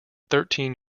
thirteen